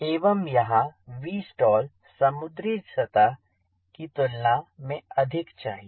एवं यहाँ Vstall समुद्री सतह की तुलना में अधिक चाहिए